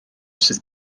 sydd